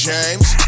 James